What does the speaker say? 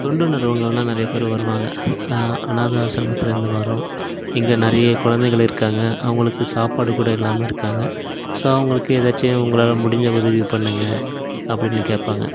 தொண்டு நிறுவனங்கள்லாம் நிறைய பேர் வருவாங்க அனாதை ஆஸ்ரமத்துலருந்து வரோம் இங்கே நிறைய குழந்தைகள் இருக்காங்க அவங்களுக்கு சாப்பாடு கூட இல்லாமல் இருக்காங்க ஸோ அவங்களுக்கு ஏதாச்சும் உங்களாலே முடிஞ்ச உதவி பண்ணுங்க அப்படின்னு கேட்பாங்க